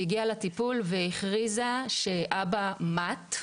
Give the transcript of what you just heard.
היא הגיעה לטיפול והכריזה שאבא מת,